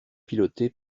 piloté